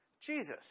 Jesus